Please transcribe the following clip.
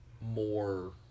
more